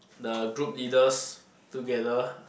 the group leaders together